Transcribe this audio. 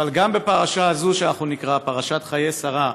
אבל גם בפרשה הזו שאנחנו נקרא, פרשת חיי שרה,